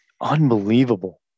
Unbelievable